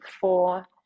four